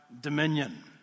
dominion